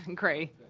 and gray.